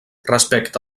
respecte